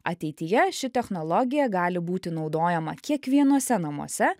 ateityje ši technologija gali būti naudojama kiekvienuose namuose